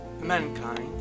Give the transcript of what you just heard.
Mankind